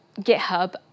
GitHub